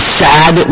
sad